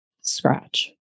scratch